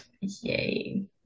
yay